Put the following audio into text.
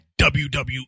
WWE